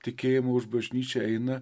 tikėjimą už bažnyčią eina